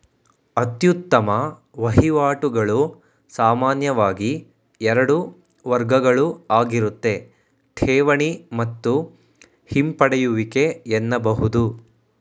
ಅತ್ಯುತ್ತಮ ವಹಿವಾಟುಗಳು ಸಾಮಾನ್ಯವಾಗಿ ಎರಡು ವರ್ಗಗಳುಆಗಿರುತ್ತೆ ಠೇವಣಿ ಮತ್ತು ಹಿಂಪಡೆಯುವಿಕೆ ಎನ್ನಬಹುದು